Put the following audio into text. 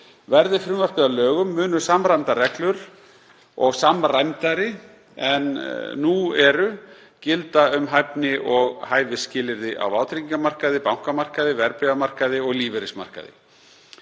Verði frumvarpið að lögum munu samræmdari reglur en nú eru gilda um hæfni- og hæfisskilyrði á vátryggingamarkaði, bankamarkaði, verðbréfamarkaði og lífeyrismarkaði.